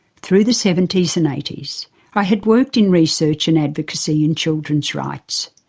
through the seventies and eighties i had worked in research and advocacy in children's rights.